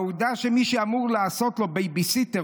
העובדה שמי שאמור לעשות לו בייביסיטר